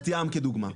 בת ים כדוגמא,